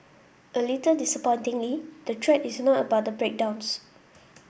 a little disappointingly the thread is not about the breakdowns